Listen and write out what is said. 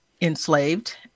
enslaved